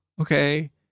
Okay